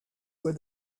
where